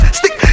stick